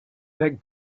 that